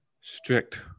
strict